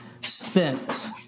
spent